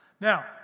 Now